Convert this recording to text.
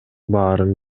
баарын